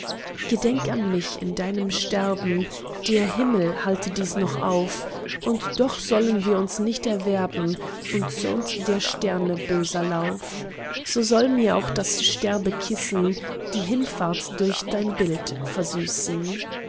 gedenk an mich in deinem sterben der himmel halte dies noch auf doch sollen wir uns nicht erwerben und zürnt der sterne böser lauf so soll mir auch das sterbekissen die hinfahrt durch dein bild versüßen